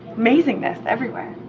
amazingness everywhere.